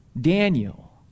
Daniel